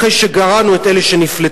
אחרי שגרענו את אלה שנפלטו.